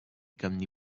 gwmni